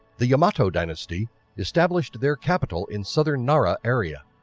the yamato dynasty established their capital in southern nara area.